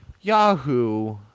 Yahoo